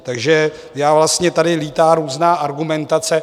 Takže vlastně tady létá různá argumentace.